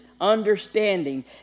understanding